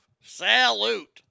Salute